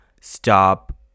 stop